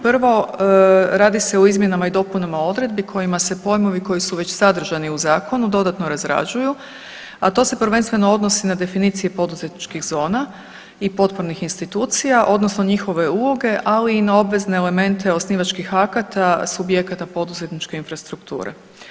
Prvo radi se o izmjenama i dopunama odredbi kojima se pojmovi koji su već sadržani u zakonu dodatno razrađuju, a to se prvenstveno odnosi na definicije poduzetničkih zona i potpornih institucija odnosno njihove uloge, ali i na obvezne elemente osnivačkih akata subjekata poduzetničke infrastrukture.